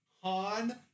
Han